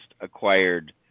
acquired